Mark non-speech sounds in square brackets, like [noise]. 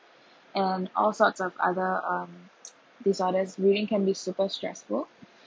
[breath] and all sorts of other um [noise] disorders reading can be super stressful